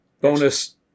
bonus